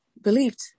believed